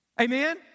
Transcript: Amen